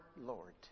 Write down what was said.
Lord